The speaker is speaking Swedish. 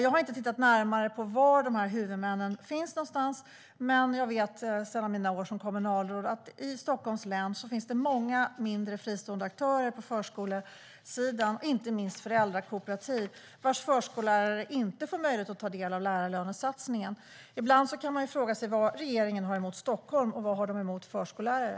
Jag har inte tittat närmare på var dessa huvudmän finns, men jag vet sedan mina år som kommunalråd att det i Stockholms län finns många mindre, fristående aktörer på förskolesidan, inte minst föräldrakooperativ vars förskollärare inte får möjlighet att ta del av lärarlönesatsningen. Ibland kan man fråga sig vad regeringen har emot Stockholm och förskollärare.